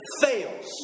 fails